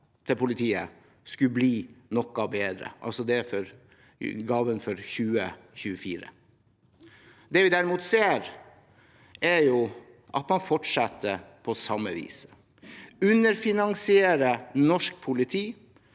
til politiet skulle bli noe bedre – altså gaven for 2024. Det vi derimot ser, er at man fortsetter på samme vis, man underfinansierer norsk politi.